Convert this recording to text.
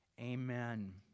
Amen